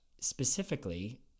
specifically